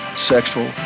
sexual